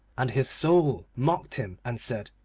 and his soul mocked him and said,